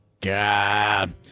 God